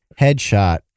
headshot